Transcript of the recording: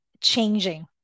changing